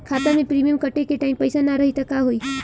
खाता मे प्रीमियम कटे के टाइम पैसा ना रही त का होई?